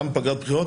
גם בפגרת בחירות,